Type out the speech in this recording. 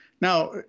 Now